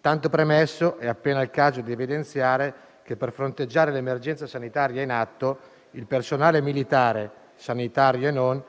Tanto premesso, è appena il caso di evidenziare che, per fronteggiare l'emergenza sanitaria in atto, il personale militare, sanitario e non,